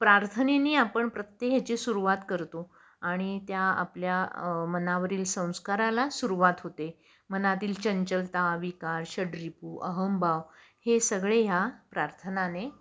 प्रार्थनेने आपण प्रत्येक ह्याची सुरुवात करतो आणि त्या आपल्या मनावरील संस्काराला सुरुवात होते मनातील चंचलता विकार षड्रिपू अहंभाव हे सगळे ह्या प्रार्थनेने